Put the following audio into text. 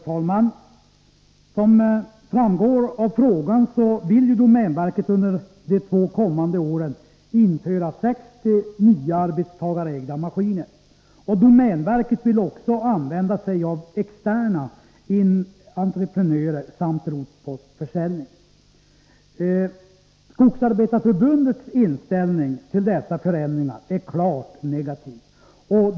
Herr talman! Såsom framgår av frågan vill domänverket under de två kommande åren införa 60 nya arbetstagarägda maskiner. Domänverket vill också anlita externa entreprenörer samt tillämpa rotpostförsäljning. Skogsarbetareförbundets inställning till denna förändring är klart negativ.